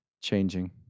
Changing